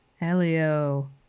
Elio